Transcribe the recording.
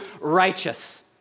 righteous